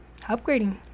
upgrading